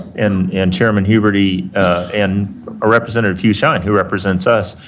and and chairman huberty and representative hugh shine, who represents us,